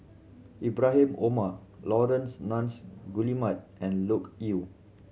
Ibrahim Omar Laurence Nunns Guillemard and Loke Yew